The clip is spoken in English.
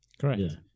Correct